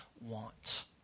want